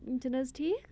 چھِنہٕ حظ ٹھیٖک